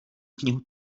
knihu